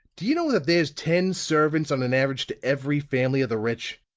do you know that there's ten servants, on an average, to every family of the rich?